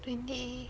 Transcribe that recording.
twenty